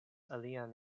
alian